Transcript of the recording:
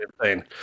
insane